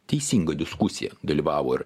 teisingą diskusiją dalyvavo ir